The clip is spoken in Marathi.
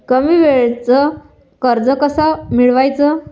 कमी वेळचं कर्ज कस मिळवाचं?